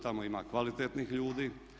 Tamo ima kvalitetnih ljudi.